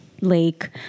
lake